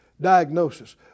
diagnosis